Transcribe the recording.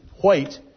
White